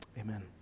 amen